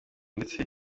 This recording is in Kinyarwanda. ndetse